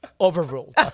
Overruled